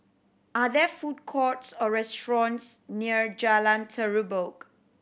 are there food courts or restaurants near Jalan Terubok